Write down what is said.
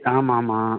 ஆமாம் ஆமாம்